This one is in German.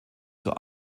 zur